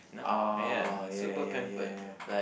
ah yeah yeah yeah